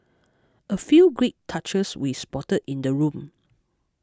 a few great touches we spotted in the room